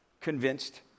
convinced